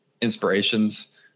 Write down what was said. inspirations